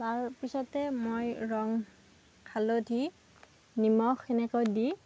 তাৰপিছতে মই ৰং হালধি নিমখ এনেকৈ দি